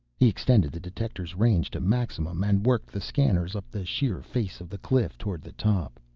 he extended the detector's range to maximum, and worked the scanners up the sheer face of the cliff toward the top.